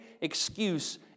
excuse